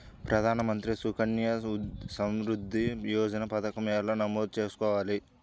ప్రధాన మంత్రి సుకన్య సంవృద్ధి యోజన పథకం ఎలా నమోదు చేసుకోవాలీ?